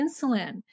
insulin